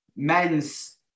men's